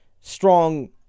strong